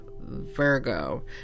Virgo